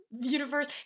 universe